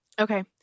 Okay